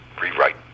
rewrite